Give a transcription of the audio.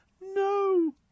No